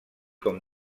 com